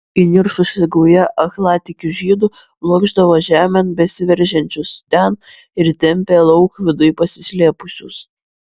įniršusi gauja aklatikių žydų blokšdavo žemėn besiveržiančius ten ir tempė lauk viduj pasislėpusius